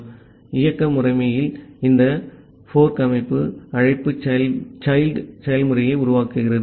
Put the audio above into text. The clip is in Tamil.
ஆகவே இயக்க முறைமையில் இந்த fork அமைப்பு அழைப்பு child செயல்முறையை உருவாக்குகிறது